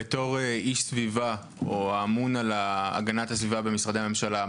כאיש האמון על הגנת הסביבה במשרדי הממשלה,